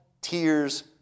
tears